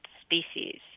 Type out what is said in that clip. species